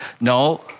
No